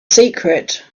secret